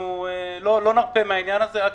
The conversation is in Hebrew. אנחנו לא נרפה מהעניין הזה, עד